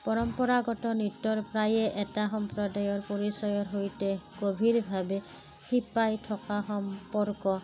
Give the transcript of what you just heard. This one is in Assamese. পৰম্পৰাগত নৃত্যৰ প্ৰায়ে এটা সম্প্ৰদায়ৰ পৰিচয়ৰ সৈতে গভীৰভাৱে শিপাই থকা সম্পৰ্ক